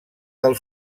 del